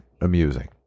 amusing